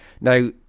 Now